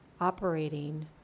operating